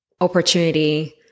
opportunity